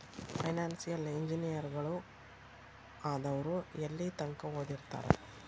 Financial ಇಂಜಿನಿಯರಗಳು ಆದವ್ರು ಯೆಲ್ಲಿತಂಕಾ ಓದಿರ್ತಾರ?